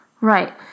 Right